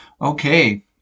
Okay